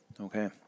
Okay